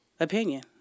opinion